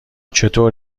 چطور